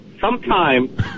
sometime